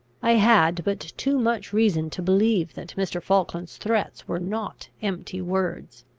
i had but too much reason to believe that mr. falkland's threats were not empty words.